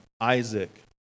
Isaac